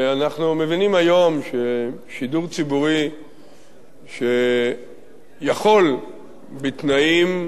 אנחנו מבינים היום ששידור ציבורי שיכול בתנאים טובים,